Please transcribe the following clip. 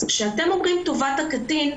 אז כשאתם אומרים טובת הקטין,